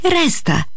resta